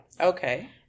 Okay